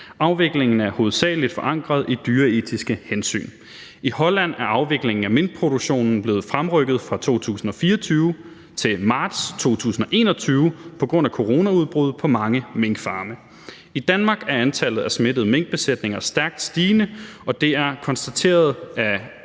Afviklingen er hovedsageligt forankret i dyreetiske hensyn. I Holland er afviklingen af minkproduktionen blevet fremrykket fra 2024 til marts 2021 på grund af coronaudbrud på mange minkfarme. I Danmark er antallet af smittede minkbesætninger stærkt stigende, og det er konstateret, at